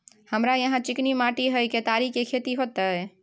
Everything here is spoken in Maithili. हमरा यहाँ चिकनी माटी हय केतारी के खेती होते?